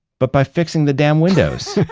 but by fixing the damn windows,